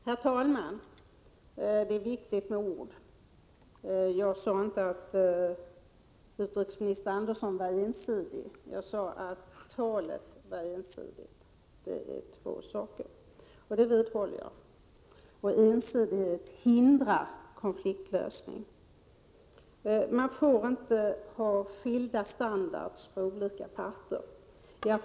Herr talman! Det är viktigt med ord. Jag sade inte att utrikesminister Andersson var ensidig, jag sade att talet var ensidigt — och det vidhåller jag. Ensidighet hindrar konfliktlösning. Man får inte ha skilda standarder för olika parter.